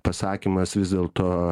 pasakymas vis dėlto